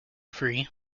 free